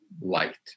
light